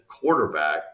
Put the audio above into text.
quarterback